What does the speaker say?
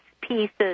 pieces